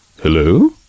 Hello